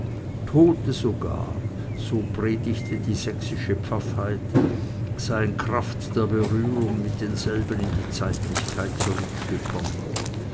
tote sogar so predigte die sächsische pfaffheit seien kraft der berührung mit denselben in die zeitlichkeit zurückgekommen